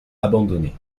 abandonné